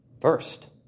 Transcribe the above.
first